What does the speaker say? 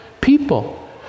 people